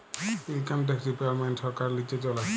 income tax department ছরকারের লিচে চলে